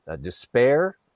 despair